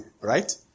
right